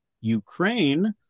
Ukraine